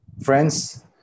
Friends